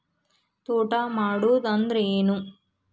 ತೋಟ ಮಾಡುದು ಅಂದ್ರ ಏನ್?